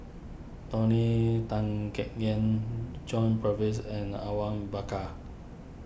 Tony Tan Keng Yam John Purvis and Awang Bakar